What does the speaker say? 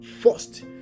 first